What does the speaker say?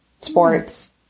sports